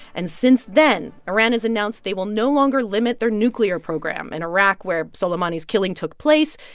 and since then, iran has announced they will no longer limit their nuclear program. in iraq, where soleimani's killing took place,